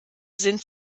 sind